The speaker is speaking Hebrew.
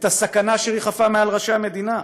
את הסכנה שריחפה מעל המדינה.